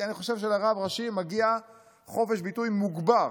כי אני חושב שלרב ראשי מגיע חופש ביטוי מוגבר,